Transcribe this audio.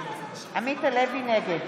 נגד